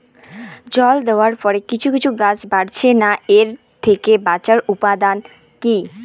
জল দেওয়ার পরে কিছু কিছু গাছ বাড়ছে না এর থেকে বাঁচার উপাদান কী?